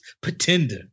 Pretender